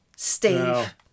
Steve